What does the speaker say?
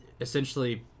essentially